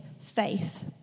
faith